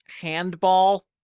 handball